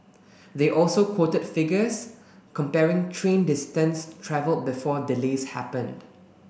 they also quoted figures comparing train distance travelled before delays happened